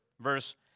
Verse